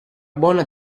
buona